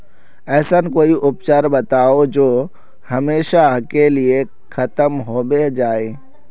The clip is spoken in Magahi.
ऐसन कोई उपचार बताऊं जो हमेशा के लिए खत्म होबे जाए?